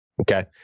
Okay